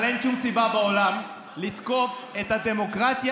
אבל אין שום סיבה בעולם לתקוף את הדמוקרטיה